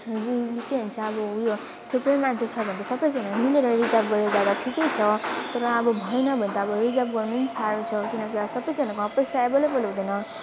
रि के भन्छ अब उयो थुप्रै मान्छे छ भने त सबजनाले मिलेर रिजर्भ गरेर जाँदा ठिकै छ तर अब भएन भने त अब रिजर्भ गर्नु नि साह्रो छ किनकि अब सबजनाको अब पैसा एभाइलेभल हुँदैन